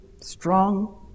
strong